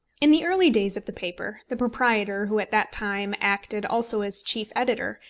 in the early days of the paper, the proprietor, who at that time acted also as chief editor,